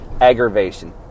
aggravation